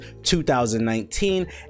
2019